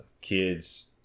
Kids